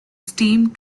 steamed